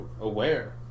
aware